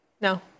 No